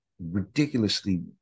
ridiculously